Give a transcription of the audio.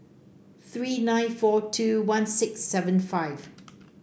three nine four two one six seven five